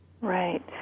Right